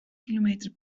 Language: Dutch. kilometer